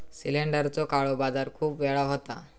सिलेंडरचो काळो बाजार खूप वेळा होता